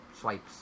swipes